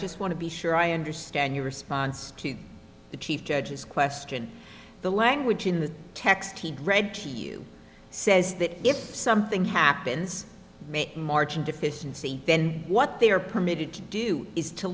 just want to be sure i understand your response to the chief judge's question the language in the text he'd read to you says that if something happens march in deficiency then what they are permitted to do is to